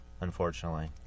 unfortunately